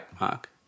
Mark